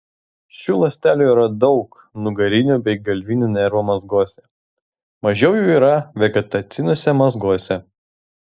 šių ląstelių yra daug nugarinių bei galvinių nervų mazguose mažiau jų yra vegetaciniuose mazguose